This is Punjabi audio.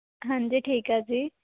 ਹਾਂਜੀ ਠੀਕ ਆ ਜੀ